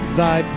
thy